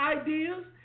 ideas